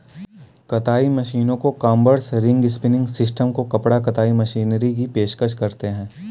कताई मशीनों को कॉम्बर्स, रिंग स्पिनिंग सिस्टम को कपड़ा कताई मशीनरी की पेशकश करते हैं